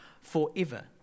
forever